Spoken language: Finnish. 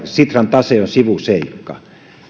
sitran tase on sivuseikka